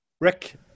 Rick